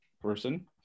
person